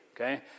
okay